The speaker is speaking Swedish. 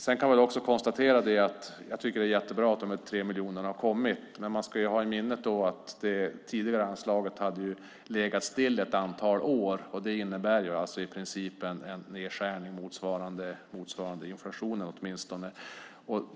Jag tycker att det är bra att dessa 3 miljoner har kommit, men man ska ha i minnet att det tidigare anslaget hade legat still ett antal år. Det innebär i princip en nedskärning motsvarande åtminstone inflationen.